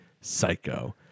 Psycho